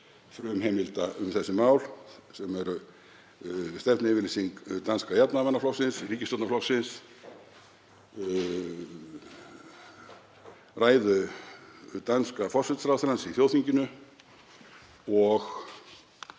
frumheimilda um þessi mál sem eru stefnuyfirlýsing danska jafnaðarmannaflokksins, ríkisstjórnarflokksins, ræða danska forsætisráðherrans í þjóðþinginu og